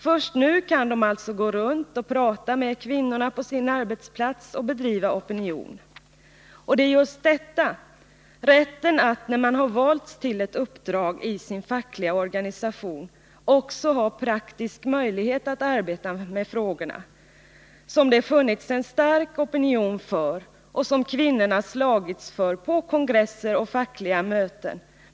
Först nu kan de alltså gå runt och prata med kvinnorna på sin arbetsplats och skapa opinion. Och det är just detta, rätten att när man har valts till ett uppdrag i sin fackliga organisation också ha praktisk möjlighet att arbeta med frågorna, som det funnits en stark opinion för och som kvinnorna slagits för på kongresser och fackliga möten.